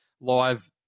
Live